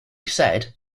said